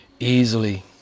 Easily